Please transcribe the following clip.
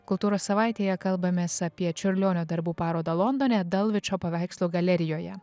kultūros savaitėje kalbamės apie čiurlionio darbų parodą londone dalvičio paveikslų galerijoje